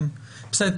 בסדר,